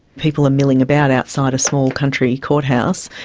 people are milling about outside a small country courthouse.